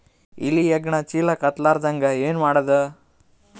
ಇಲಿ ಹೆಗ್ಗಣ ಚೀಲಕ್ಕ ಹತ್ತ ಲಾರದಂಗ ಏನ ಮಾಡದ?